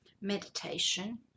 meditation